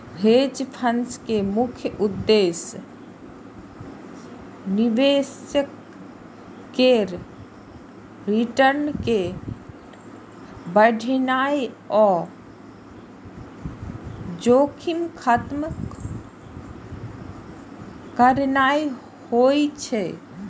hedge fund के मुख्य उद्देश्य निवेशक केर रिटर्न कें बढ़ेनाइ आ जोखिम खत्म करनाइ होइ छै